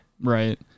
Right